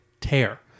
tear